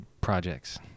projects